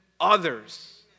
others